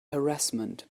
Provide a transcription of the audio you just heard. harassment